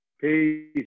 Peace